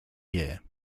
year